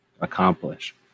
accomplish